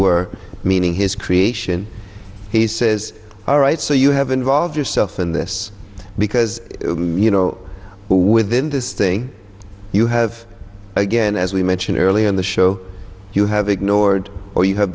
were meaning his creation he says all right so you have involve yourself in this because you know within this thing you have again as we mentioned earlier in the show you have ignored or you have